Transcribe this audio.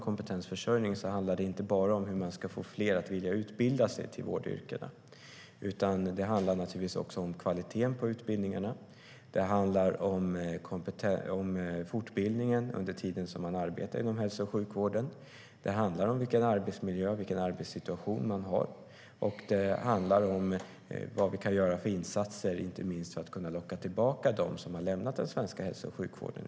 Kompetensförsörjning handlar inte bara om hur man ska få fler att vilja utbilda sig till vårdyrkena, utan det handlar naturligtvis också om kvaliteten på utbildningarna, fortbildningen under tiden man arbetar inom hälso och sjukvården, vilken arbetsmiljö och vilken arbetssituation som man har och vilka insatser vi kan göra, inte minst för att locka tillbaka dem som av olika skäl har lämnat den svenska hälso och sjukvården.